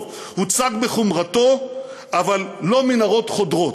טוב, הוצג בחומרתו אבל לא מנהרות חודרות.